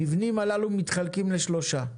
המבנים הללו נחלקים לשלושה: